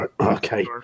Okay